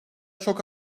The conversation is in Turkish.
çok